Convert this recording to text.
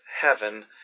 heaven